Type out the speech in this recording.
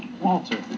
Walter